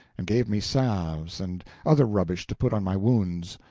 and gave me salves and other rubbish to put on my wounds.